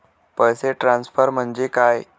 पैसे ट्रान्सफर म्हणजे काय?